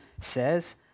says